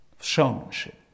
Showmanship